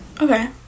okay